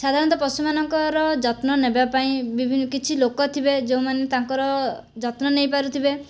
ସାଧାରଣତଃ ପଶୁମାନଙ୍କର ଯତ୍ନ ନେବା ପାଇଁ କିଛି ଲୋକ ଥିବେ ଯେଉଁ ମାନେ ତାଙ୍କର ଯତ୍ନ ନେଇ ପାରୁଥିବେ